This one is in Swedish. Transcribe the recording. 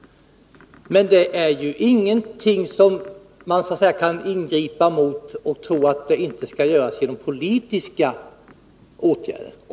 Men det är ju ingenting som man kan ingripa mot utan politiska åtgärder.